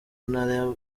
ntara